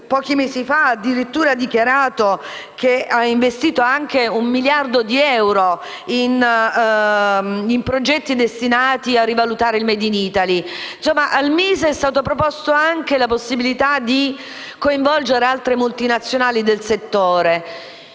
pochi mesi fa ha addirittura dichiarato che ha investito un miliardo di euro in progetti destinati a rivalutare il *made in Italy*. Al MISE è stata proposta anche la possibilità di coinvolgere altre multinazionali del settore.